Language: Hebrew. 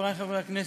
חברי חברי הכנסת,